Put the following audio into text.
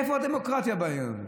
איפה הדמוקרטיה בעניין הזה?